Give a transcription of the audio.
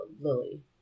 Lily